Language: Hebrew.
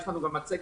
יש לנו גם מצגת.